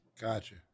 Gotcha